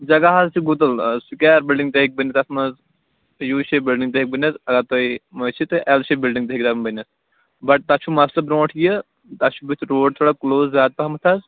جگہ حظ چھُ گُتُل حظ سُکیر بِلڈِنٛگ تہِ ہیٚکہِ بٔنِتھ اَتھ منٛز تہٕ یوٗ شیپ بِلڈِنٛگ تہِ ہیٚکہِ بٕنِتھ اگر تُہۍ باسہِ تہٕ ایل شیپ بِلڈِنٛگ تہِ ہیٚکہِ یقدم بٔنِتھ بَٹ تَتھ چھُ مَسلہٕ برٛونٛٹھ یہِ تَتھ چھُ بُتھِ روڈ تھوڑا کٕلوٚز زیادٕ پَہنتھ حظ